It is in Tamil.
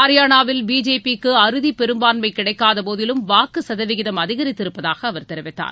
ஹரியானாவில் பிஜேபிக்கு அறுதி பெரும்பான்மை கிடைக்காத போதிலும் வாக்கு சதவீதம் அதிகரித்திருப்பதாக தெரிவித்தார்